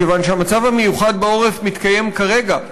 מכיוון שהמצב המיוחד בעורף מתקיים כרגע.